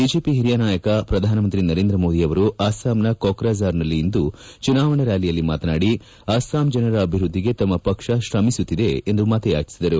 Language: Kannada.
ಬಿಜೆಪಿ ಹಿರಿಯ ನಾಯಕ ಪ್ರಧಾನಮಂತ್ರಿ ನರೇಂದ್ರ ಮೋದಿ ಅವರು ಅಸ್ಸಾಂನ ಕೊಕ್ರಜಾರ್ನಲ್ಲಿ ಇಂದು ಚುನಾವಣಾ ರ್ಕಾಲಿಯಲ್ಲಿ ಮಾತನಾಡಿ ಅಸ್ಲಾಂ ಜನರ ಅಭಿವೃದ್ದಿಗೆ ತಮ್ಮ ಪಕ್ಷ ಶ್ರಮಿಸುತ್ತಿದೆ ಎಂದು ಮತಯಾಚಿಸಿದರು